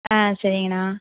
ஆ சரிங்கண்ணா